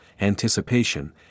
anticipation